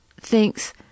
thinks